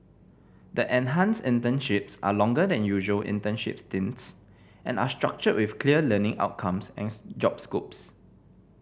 the enhanced internships are longer than usual internship stints and are structured with clear learning outcomes and job scopes